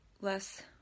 less